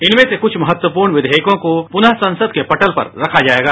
इनमें से कुछ महत्वपूर्ण विधेयकों को पुनरू संसद के पटल पर रखा जाएगा